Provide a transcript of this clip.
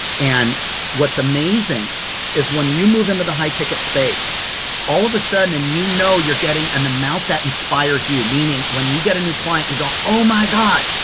and what's amazing is when you move into the high ticket space all of the sudden, and you know you're getting an amount that inspires you, meaning when you get a new client, you go, oh my god!